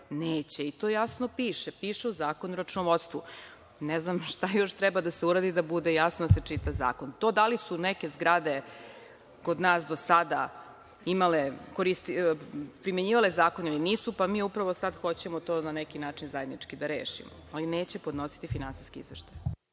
neće, i to jasno piše. Piše u Zakonu o računovodstvu. Ne znam šta još treba da se uradi da bude jasno da se čita zakon. To da li su neke zgrade kod nas do sada imale, primenjivale zakon ili nisu, pa mi upravo sad hoćemo to na neki način zajednički da rešimo, oni neće podnositi finansijski izveštaj.